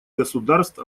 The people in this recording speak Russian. государств